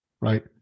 right